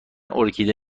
ارکیده